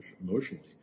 emotionally